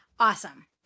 Awesome